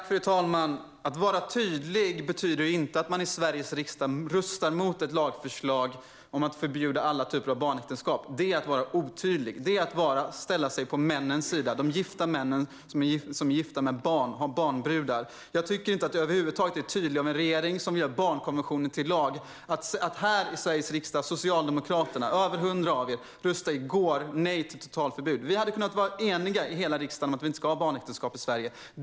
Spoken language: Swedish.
Fru talman! Att vara tydlig betyder inte att man i Sveriges riksdag röstar mot ett lagförslag om att förbjuda alla typer av barnäktenskap. Det är att vara otydlig. Det innebär att man ställer sig på dessa mäns sida, alltså de män som är gifta med barn - som har barnbrudar. Jag tycker inte att det är tydligt över huvud taget av en regering som gör barnkonventionen till lag. I går röstade mer än 100 av socialdemokraterna här i Sveriges riksdag nej till ett totalförbud. Hela riksdagen hade kunnat vara enig om att vi inte ska ha barnäktenskap i Sverige.